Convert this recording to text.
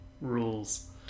rules